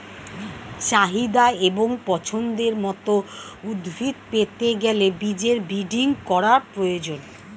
চাহিদা এবং পছন্দের মত উদ্ভিদ পেতে গেলে বীজের ব্রিডিং করার প্রয়োজন